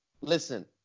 listen